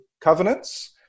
covenants